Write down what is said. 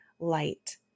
Light